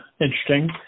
Interesting